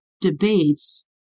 debates